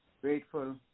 grateful